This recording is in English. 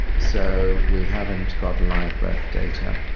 so we haven't got live birth data,